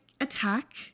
attack